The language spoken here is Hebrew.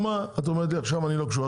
מה את אומרת לי עכשיו שאתם לא קשורים,